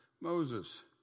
Moses